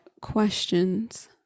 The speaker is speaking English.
questions